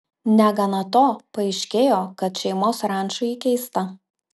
negana to paaiškėjo kad šeimos ranča įkeista